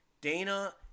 Dana